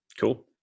Cool